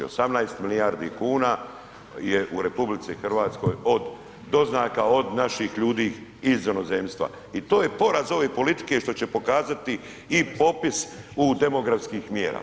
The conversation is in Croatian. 18 milijardi kuna je u RH od doznaka od naših ljudi iz inozemstva i to je poraz ove politike što će pokazati i popis u demografskih mjera.